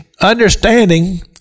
understanding